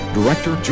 Director